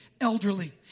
elderly